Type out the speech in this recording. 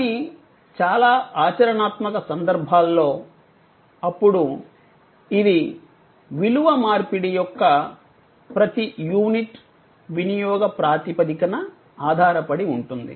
కానీ చాలా ఆచరణాత్మక సందర్భాల్లో అప్పుడు ఇది విలువ మార్పిడి యొక్క ప్రతి యూనిట్ వినియోగ ప్రాతిపదికన ఆధారపడి ఉంటుంది